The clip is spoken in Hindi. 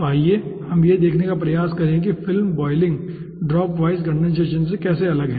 तो आइए हम यह देखने का प्रयास करें कि film boiling dropwise condensation से कैसे अलग है